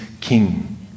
king